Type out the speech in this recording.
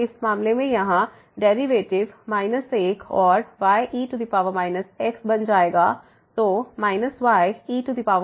तो इस मामले में यहां डेरिवेटिव 1 और y e x बन जाएगा तो y e x